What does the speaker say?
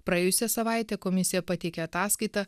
praėjusią savaitę komisija pateikė ataskaitą